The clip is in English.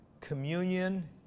communion